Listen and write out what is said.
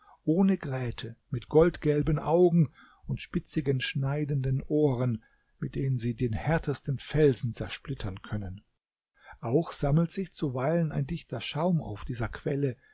ohne gräte mit goldgelben augen und spitzigen schneidenden ohren mit denen sie den härtesten felsen zersplittern können auch sammelt sich zuweilen ein dichter schaum auf dieser quelle